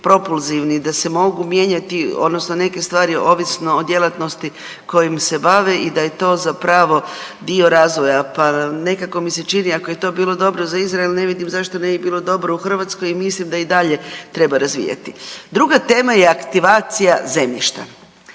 propulzivni, da se mogu mijenjati odnosno neke stvari ovisno o djelatnosti kojom se bave i da je to zapravo dio razvoja, pa nekako mi se čini ako je to bilo dobro za Izrael ne vidim zašto ne bi bilo dobro u Hrvatskoj i mislim da i dalje treba razvijati. Druga tema je aktivacija zemljišta.